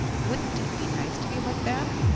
wouldn't it be nice to be like that?